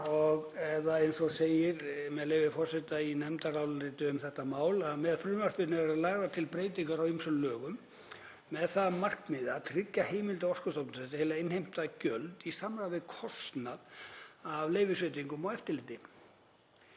eða eins og segir, með leyfi forseta, í nefndaráliti um þetta mál: „Með frumvarpinu eru lagðar til breytingar á ýmsum lögum með það að markmiði að tryggja heimildir Orkustofnunar til að innheimta gjöld í samræmi við kostnað af leyfisveitingum og eftirliti.